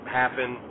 happen